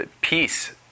peace